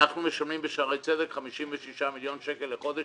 אנחנו משלמים בשערי צדק 56 מיליון שקלים לחודש